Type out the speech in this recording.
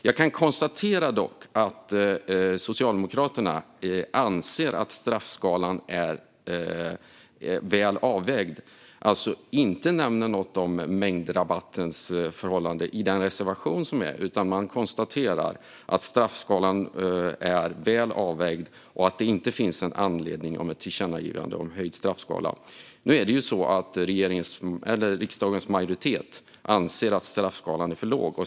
Jag kan dock konstatera att Socialdemokraterna anser att straffskalan är väl avvägd och alltså inte nämner någonting om mängdrabatten i sin reservation, utan de konstaterar att straffskalan är väl avvägd och att det inte finns någon anledning till ett tillkännagivande om höjd straffskala. Nu är det så att riksdagens majoritet anser att straffskalan är för låg.